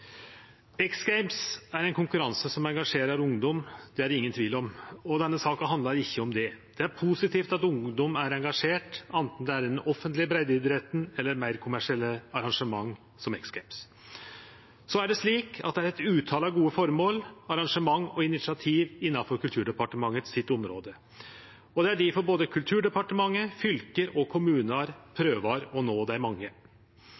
ein konkurranse som engasjerer ungdom – det er det ingen tvil om, og denne saka handlar ikkje om det. Det er positivt at ungdom er engasjert, anten det er den offentlege breiddeidretten eller meir kommersielle arrangement som X Games. Det er eit utal av gode formål, arrangement og initiativ innanfor Kulturdepartementet sitt område. Det er difor både Kulturdepartementet, fylke og kommunar prøver å nå dei mange.